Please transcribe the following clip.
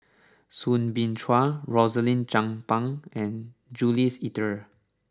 Soo Bin Chua Rosaline Chan Pang and Jules Itier